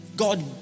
God